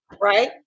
right